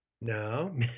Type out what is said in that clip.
No